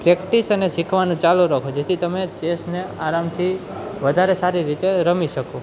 practice અને શીખવાનું ચાલુ રાખો જેથી તમે ચેસને આરામથી વધારે સારી રીતે રમી શકો